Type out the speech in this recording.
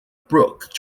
brook